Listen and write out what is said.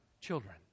children